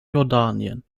jordanien